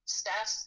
staff